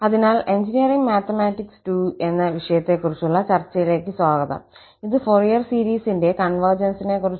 അതിനാൽ engineering mathematics II എന്ന വിഷയത്തെക്കുറിച്ചുള്ള ചർച്ചയിലേക്ക് സ്വാഗതം ഇത് ഫോറിയർ സീരീസിന്റെ കോൺവെർജൻസിനെ കുറിച്ചുള്ള നമ്പർ 35 ആണ്